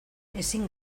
ezin